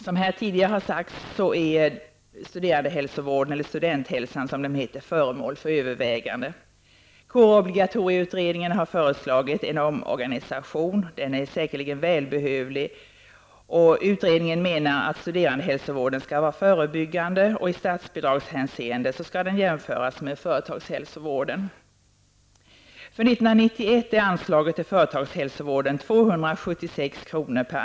Som här tidigare sagts är Studenthälsan, som den heter, föremål för överväganden. Kårobligatorieutredningen har föreslagit en omorganisation. En sådan är säkerligen välbehövlig. Utredningen menar att studerandehälsovården skall vara förebyggande och att den i statsbidragshänseende skall jämföras med företagshälsovården. per anställd och år.